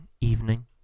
evening